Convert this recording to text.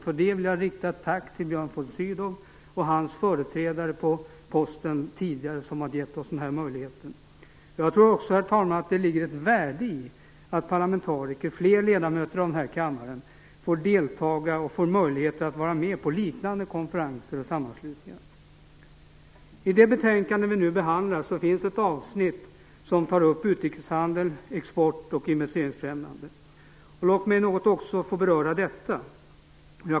För det vill jag rikta ett tack till Björn von Sydow och hans företrädare på posten, som gett oss den här möjligheten. Jag tror också, herr talman, att det ligger ett värde i att fler parlamentariker, fler ledamöter av den här kammaren, får möjlighet att vara med på liknande konferenser och sammanslutningar. I det betänkande vi nu behandlar finns ett avsnitt som tar upp utrikeshandel, export och investeringsfrämjande. Låt mig också något få beröra detta.